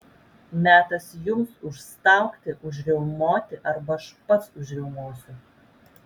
metas jums užstaugti užriaumoti arba aš pats užriaumosiu